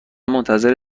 منتظر